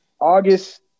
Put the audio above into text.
August